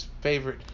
favorite